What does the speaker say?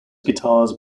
guitars